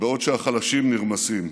בעוד החלשים נרמסים.